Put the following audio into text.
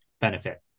benefit